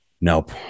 Nope